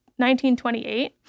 1928